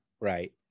Right